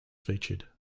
featured